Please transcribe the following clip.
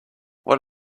what